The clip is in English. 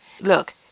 Look